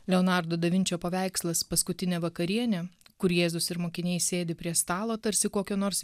leonardo da vinčio paveikslas paskutinė vakarienė kur jėzus ir mokiniai sėdi prie stalo tarsi kokio nors